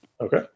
Okay